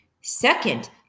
Second